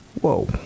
Whoa